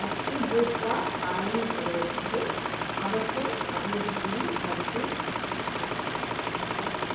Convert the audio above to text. active भूत्वा कार्यं करोति चेत् अवश्यम् अभिवृद्धिः भवितुं शक्नोति